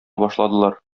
башладылар